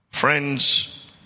Friends